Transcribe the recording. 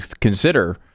consider